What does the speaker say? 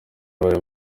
yabaye